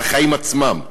על החיים עצמם,